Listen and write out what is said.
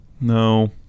No